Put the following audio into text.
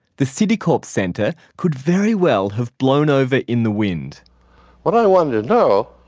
the citicorp center could very well have blown over in the wind but i wonder now